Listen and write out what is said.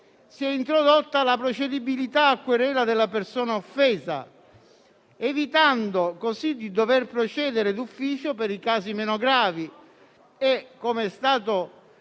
introdotta la procedibilità a querela della persona offesa, evitando così di dover procedere d'ufficio per i casi meno gravi. Come è stato detto